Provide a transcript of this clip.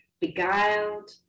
beguiled